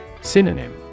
Synonym